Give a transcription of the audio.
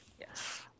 Yes